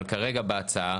אבל כרגע בהצעה